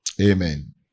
Amen